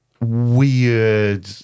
weird